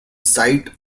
site